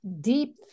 deep